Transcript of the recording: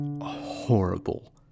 horrible